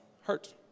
hurt